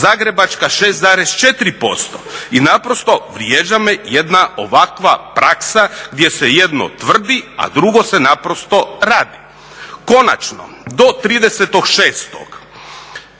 Zagrebačka 6,4%. I naprosto vrijeđa me jedna ovakva praksa gdje se jedno tvrdi, a drugo se naprosto radi. Konačno, do